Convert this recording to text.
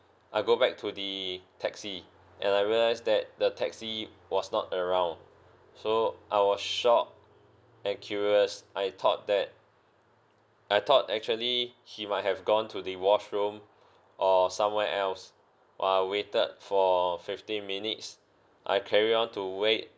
I go back to the taxi and I realised that the taxi was not around so I was shocked and curious I thought that I thought actually he might have gone to the washroom or somewhere else while I waited for fifteen minutes I carry on to wait